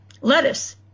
lettuce